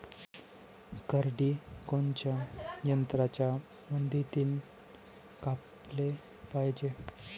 करडी कोनच्या यंत्राच्या मदतीनं कापाले पायजे?